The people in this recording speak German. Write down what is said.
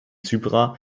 zyprer